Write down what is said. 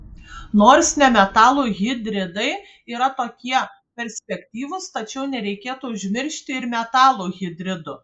nors nemetalų hidridai yra tokie perspektyvūs tačiau nereikėtų užmiršti ir metalų hidridų